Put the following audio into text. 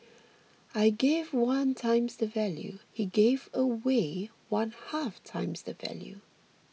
I gave one times the value he gave away one half times the value